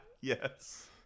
Yes